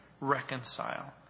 reconcile